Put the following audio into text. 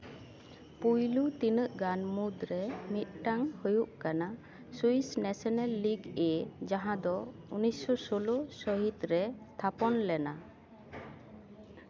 ᱯᱩᱭᱞᱩ ᱛᱤᱱᱟᱹᱜ ᱜᱟᱱ ᱢᱩᱫᱨᱮ ᱢᱤᱫᱴᱟᱝ ᱦᱩᱭᱩᱜ ᱠᱟᱱᱟ ᱥᱩᱭᱤᱥ ᱱᱮᱥᱱᱮᱞ ᱞᱤᱜᱽ ᱮ ᱡᱟᱦᱟᱸ ᱫᱚ ᱩᱱᱤᱥ ᱥᱚ ᱥᱳᱞᱞᱳ ᱥᱟᱹᱦᱤᱛ ᱨᱮ ᱛᱷᱟᱯᱚᱱ ᱞᱮᱱᱟ